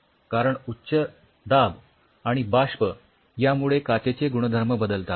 कारण उच्च दाब आणि बाष्प यामुळे काचेचे गुणधर्म बदलतात